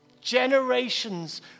Generations